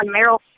Meryl